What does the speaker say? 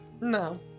No